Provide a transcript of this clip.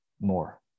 more